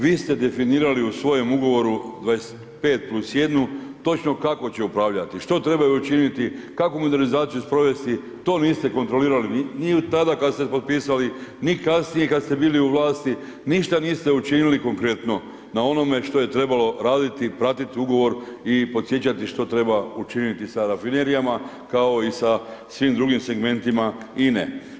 Vi ste definirali u svojem ugovoru 25 plus 1 točno kako će upravljati, što trebaju učiniti, kakvu modernizaciju sprovesti, to niste kontrolirali ni tada kada ste potpisali, ni kasnije kada ste bili u vlasti, ništa niste učinili konkretno na onome što je trebalo raditi, pratiti ugovor podsjećati što treba učiniti sa rafinerijama kao i sa svim drugim segmentima INE.